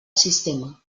sistema